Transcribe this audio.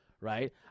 right